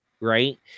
right